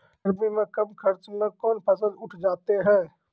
गर्मी मे कम खर्च मे कौन फसल उठ जाते हैं?